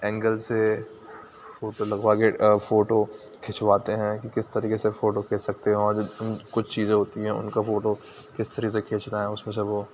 angle سے photo لگوا کے فوٹو کھنچواتے ہیں کہ کس طریقے سے فوٹو کھینچ سکتے ہیں اور کچھ چیزیں ہوتی ہیں اُن کا فوٹو کس طرح سے کھینچنا ہے اُس میں سے وہ